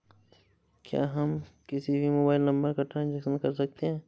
क्या हम किसी भी मोबाइल नंबर का ट्रांजेक्शन कर सकते हैं?